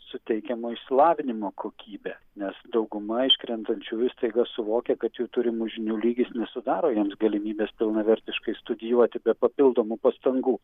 suteikiamo išsilavinimo kokybė nes dauguma iškrentančiųjų staiga suvokia kad jų turimų žinių lygis nesudaro jiems galimybės pilnavertiškai studijuoti be papildomų pastangų